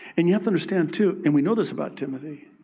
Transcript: and you have to understand too, and we know this about timothy,